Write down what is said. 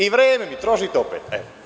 I vreme mi trošite opet.